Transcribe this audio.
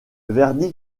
verdict